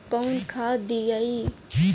कौन खाद दियई?